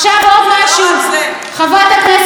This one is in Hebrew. חברת הכנסת נחמיאס ורבין,